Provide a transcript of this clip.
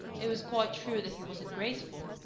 it was quite true that he wasn't graceful.